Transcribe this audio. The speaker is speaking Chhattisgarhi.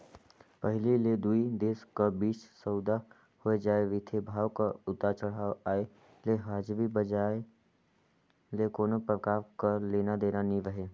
पहिली ले दुई देश कर बीच सउदा होए जाए रिथे, भाव कर उतार चढ़ाव आय ले हाजरी बजार ले कोनो परकार कर लेना देना नी रहें